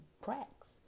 cracks